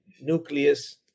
nucleus